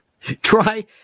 Try